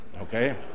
okay